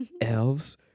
elves